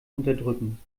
unterdrücken